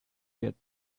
get